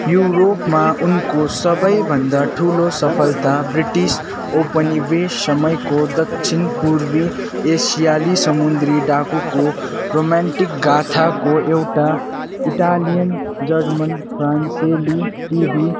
युरोपमा उनको सबै भन्दा ठुलो सफलता ब्रिटिस औपनिवेश समयको दक्षिण पूर्वी एसियाली समुद्री डाकुको रोमान्टिक गाथाको एउटा इटालियन जर्मन फ्रान्सेली टिभी